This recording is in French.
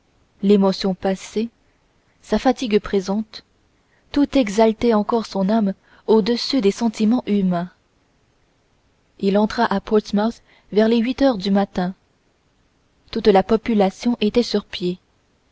l'émotion passée sa fatigue présente tout exaltait encore son âme au-dessus des sentiments humains il entra à portsmouth vers les huit heures du matin toute la population était sur pied